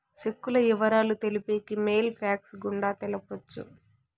సెక్కుల ఇవరాలు తెలిపేకి మెయిల్ ఫ్యాక్స్ గుండా తెలపొచ్చు